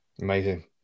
Amazing